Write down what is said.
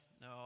no